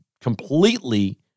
completely